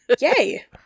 Yay